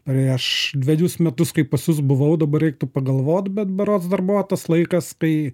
prieš dvejus metus kai pas jus buvau dabar reiktų pagalvot bet berods dar buvo tas laikas kai